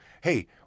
hey